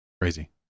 Crazy